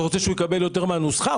אתה רוצה שהוא יקבל יותר מן הנוסחה?